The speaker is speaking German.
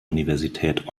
universität